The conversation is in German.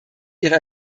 ihre